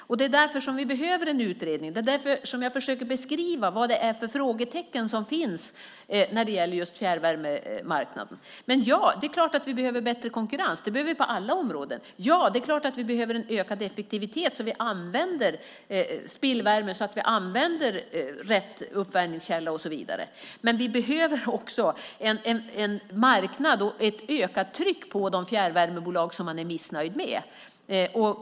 Det är därför som vi behöver en utredning och därför som jag försöker beskriva vad det finns för frågetecken när det gäller just fjärrvärmemarknaden. Det är klart att vi behöver bättre konkurrens. Det behöver vi på alla områden. Det är klart att vi behöver en ökad effektivitet så att vi använder spillvärme, rätt uppvärmningskälla och så vidare. Men vi behöver också en marknad och ett ökat tryck på de fjärrvärmebolag som man är missnöjd med.